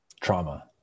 Trauma